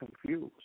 confused